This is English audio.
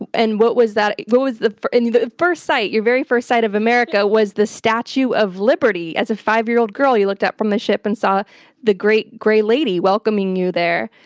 and and what was that what was the and the the first sight, your very first sight of america was the statue of liberty. as a five-year-old girl you looked up from the ship and saw the great grey lady welcoming you there.